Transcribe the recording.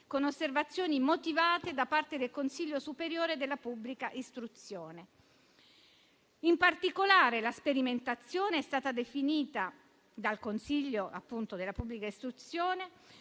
con osservazioni motivate da parte del Consiglio superiore della pubblica istruzione. In particolare, la sperimentazione è stata definita, dal Consiglio superiore della pubblica istruzione,